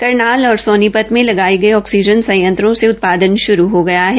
करनाल और सोनीपत में लगाये गये ऑकसीजन संयंत्रो से उत्पादन श्रू हो गया है